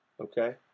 okay